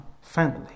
family